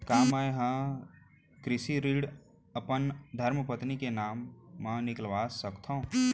का मैं ह कृषि ऋण अपन धर्मपत्नी के नाम मा निकलवा सकथो?